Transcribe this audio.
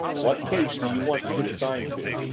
what case do you want to be assigned to?